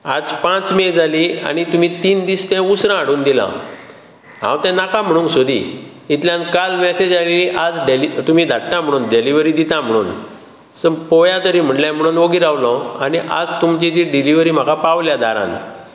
आज पांच मे जाली आनी तुमी तीन दीस तें उसरां हाडून दिलां हांव तें नाका म्हणूंक सोदी इतल्यान काल मेसॅज आयली की तुमी धाडटा म्हणून डेलिव्हरी दिता म्हणून पळोवया तरी म्हणलें आनी वोगी रावलो आनी आज तुमची ती डिलिव्हरी म्हाका पावल्या दारांत